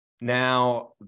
now